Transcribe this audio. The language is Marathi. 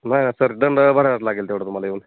नाही ना सर दंड भरावाच लागेल तेवढं तुम्हाला येऊन